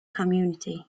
community